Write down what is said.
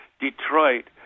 Detroit